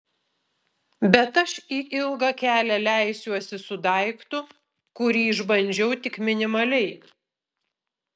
bet aš į ilgą kelią leisiuosi su daiktu kurį išbandžiau tik minimaliai